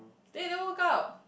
then you never workout